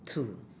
to